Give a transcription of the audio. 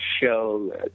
show